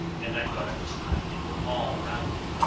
and i thought it was time to go all round it,